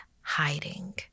hiding